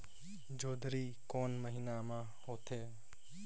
जोंदरी कोन महीना म होथे?